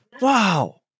Wow